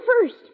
first